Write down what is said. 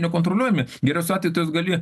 nekontroliuojami geriasiu atveju tu juos gali